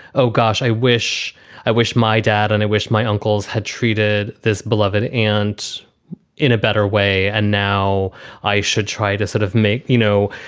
oh gosh, i wish i wish my dad and i wish my uncles had treated this beloved and in a better way. and now i should try to sort of make, you know,